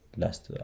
last